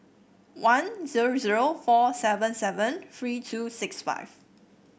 one zero zero four seven seven three two six five